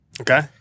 Okay